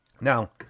Now